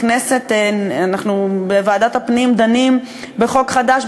אנחנו דנים בוועדת הפנים בחוק חדש,